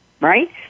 right